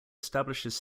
establishes